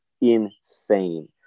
insane